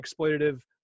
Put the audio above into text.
exploitative